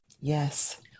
Yes